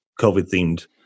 COVID-themed